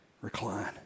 recline